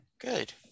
good